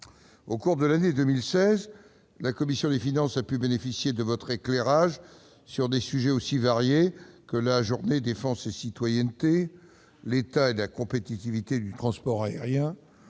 Au cours de l'année 2016, la commission des finances a pu bénéficier de l'éclairage de la Cour sur des sujets aussi variés que la journée défense et citoyenneté, l'état et la compétitivité du transport aérien,